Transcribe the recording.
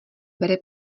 bere